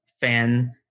fan